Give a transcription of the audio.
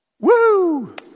Woo